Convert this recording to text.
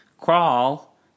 Crawl